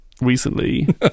recently